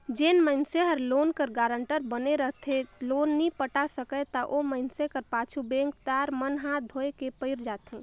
जेन मइनसे हर लोन कर गारंटर बने रहथे लोन नी पटा सकय ता ओ मइनसे कर पाछू बेंकदार मन हांथ धोए के पइर जाथें